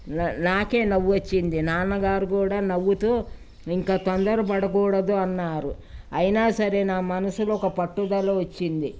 నాకే నవ్వు వచ్చింది నాన్నగారు కూడా నవ్వుతూ ఇంక తొందర పడకూడదు అన్నారు అయినా సరే నా మనసులో ఒక పట్టుదల వచ్చింది